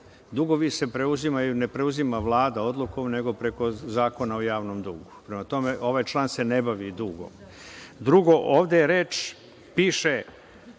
Dugovi se preuzimaju, ne preuzima Vlada odluku, nego preko Zakona o javnom dugu. Prema tome, ovaj član se ne bavi dugom. Drugo, ovde je reč,